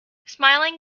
smiling